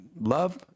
love